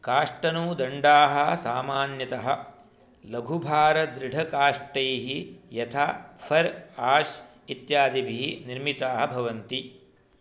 काष्ठनौदण्डाः सामान्यतः लघुभारदृढकाष्ठैः यथा फ़र् आश् इत्यादिभिः निर्मिताः भवन्ति